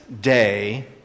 day